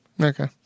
Okay